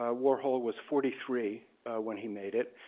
ah warhol was forty three when he made it.